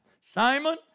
Simon